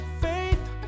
faith